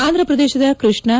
ಆಂಧ್ರಪ್ರದೇಶದ ಕೃಷ್ಣಾ